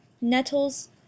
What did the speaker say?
nettles